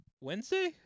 Wednesday